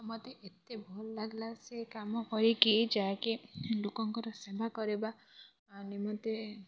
ମୋତେ ଏତେ ଭଲ ଲାଗିଲା ସେ କାମ କରିକି ଯାହାକି ଲୋକଙ୍କର ସେବା କରିବା ନିମନ୍ତେ